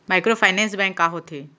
Microfinance bank का होथे?